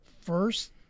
first